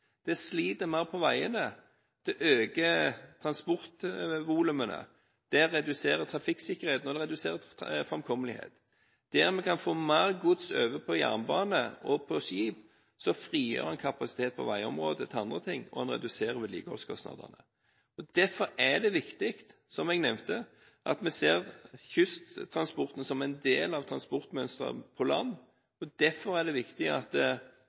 veiene, det øker transportvolumene, det reduserer trafikksikkerheten, og det reduserer framkommelighet. Der vi kan få mer gods over på jernbane og skip, frigjør en kapasitet på veiområdet til andre ting, og en reduserer vedlikeholdskostnadene. Derfor er det viktig, som jeg nevnte, at vi ser kysttransporten som en del av transportmønsteret på land, og derfor er det viktig at